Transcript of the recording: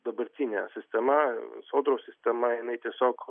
dabartinė sistema sodros sistema jinai tiesiog